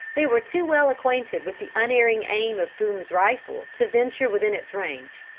they were too well acquainted with the unerring aim of boone's rifle to venture within its range.